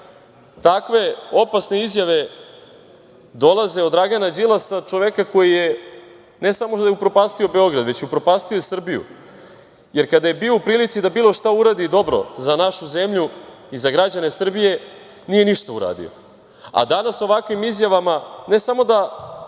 Takve opasne izjave dolaze od Dragana Đilasa, čoveka koji, ne samo da je upropastio Beograd, već je upropastio i Srbiju. Jer, kada je bio u prilici da bilo šta uradi dobro za našu zemlju i za građane Srbije nije ništa uradio, a danas ovakvim izjavama ne samo da